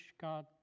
God